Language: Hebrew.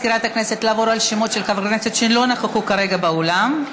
על שמות חברי כנסת שלא נכחו כרגע באולם,